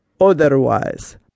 Otherwise